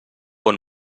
bon